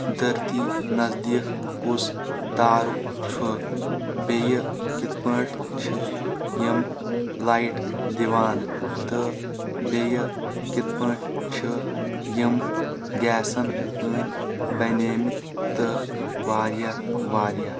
درتی نزدیک کُس تارُک چھ بیٚیہِ کتھ پاٹھۍ چھ یم لایٹ دِوان تہٕ بیہِ کتھ پاٹھۍ چھ یم گیسَن ہند بنیمٕتۍ تہِ واریاہ واریاہ